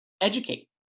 educate